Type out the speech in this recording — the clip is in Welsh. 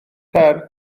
car